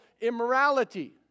immorality